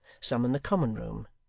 some in the common room,